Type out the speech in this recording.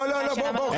לא, לא, לא.